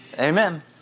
Amen